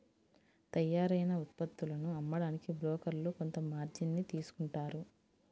తయ్యారైన ఉత్పత్తులను అమ్మడానికి బోకర్లు కొంత మార్జిన్ ని తీసుకుంటారు